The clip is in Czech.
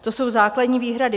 To jsou základní výhrady.